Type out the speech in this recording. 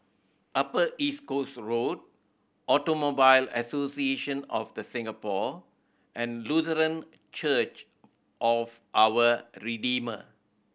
Upper East Coast Road Automobile Association of The Singapore and Lutheran Church of Our Redeemer